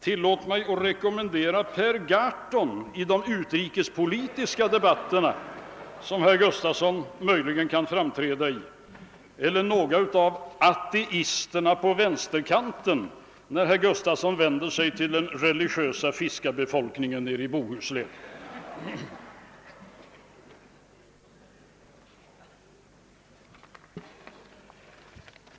Tillåt mig då rekommendera Per Gahrton som bisittare i de utrikespolitiska debatter som herr Gustafson möjligen kan framträda i och några av ateisterna på vänsterkanten i folkpartiet när herr Gustafson vänder sig till den religiösa fiskarbefolkningen i Bohuslän.